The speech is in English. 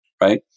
right